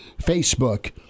Facebook